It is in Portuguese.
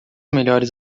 melhores